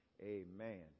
Amen